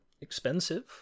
expensive